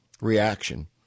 reaction